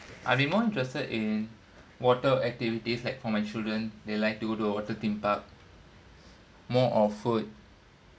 I'll be more interested in water activities like for my children they like to go to water theme park more of food